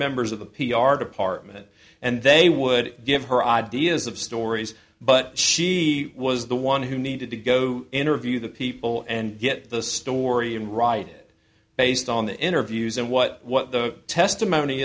members of the p r department and they would give her ideas of stories but she was the one who needed to go interview the people and get the story and write it based on the interviews and what what the testimony